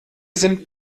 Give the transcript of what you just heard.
sind